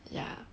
ya